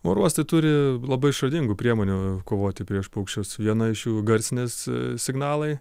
oro uostai turi labai išradingų priemonių kovoti prieš paukščius viena iš jų garsinis signalai